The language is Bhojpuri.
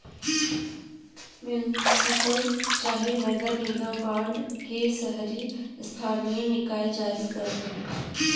म्युनिसिपल चाहे नगर निगम बांड के शहरी स्थानीय निकाय जारी करत हवे